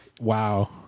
Wow